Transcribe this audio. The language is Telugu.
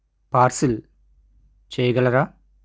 పార్సిల్ చేయగలరా